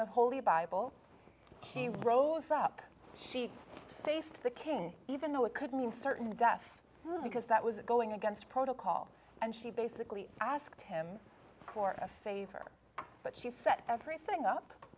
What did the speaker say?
the holy bible she rose up she faced the king even though it could mean certain death because that was going against protocol and she basically asked him for a favor but she set everything up